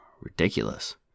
Ridiculous